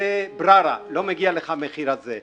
זה בררה, לא מגיע לך את המחיר הזה.